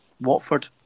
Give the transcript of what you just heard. Watford